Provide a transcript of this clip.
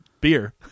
Beer